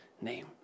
name